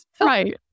Right